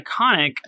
iconic